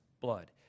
blood